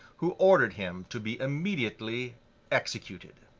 who ordered him to be immediately executed.